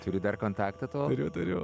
turi dar kontaktą to turiu turiu